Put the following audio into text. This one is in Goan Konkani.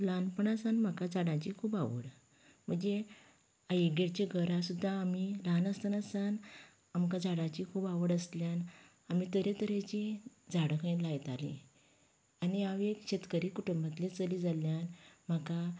ल्हानपणा सावन म्हाका झाडांची खूब आवड म्हजी आईगेरचीं घरां सुद्दां आमी ल्हान आसतना सावन आमकां झाडांची खूब आवड आसल्यान आमी तरेतरेची झाडां काडून लायताली आनी हांव एक शेतकरी कुटुबांतलें चली जाल्ल्यान म्हाका